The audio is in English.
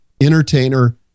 entertainer